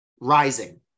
rising